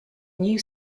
new